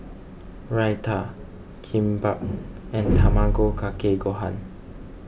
Raita Kimbap and Tamago Kake Gohan